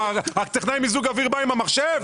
טכנאי מיזוג אוויר בא עם המחשב?